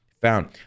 found